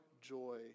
joy